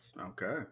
Okay